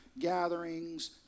gatherings